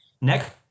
Next